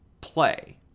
play